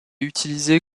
utilisé